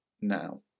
now